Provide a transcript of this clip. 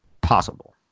possible